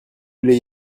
voulez